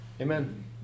Amen